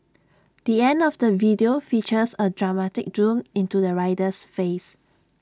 the end of the video features A dramatic zoom into the rider's face